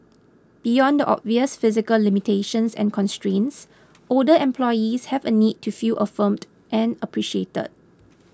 beyond the obvious physical limitations and constraints older employees have a need to feel affirmed and appreciated